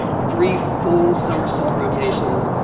three full somersault rotations,